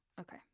Okay